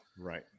Right